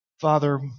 Father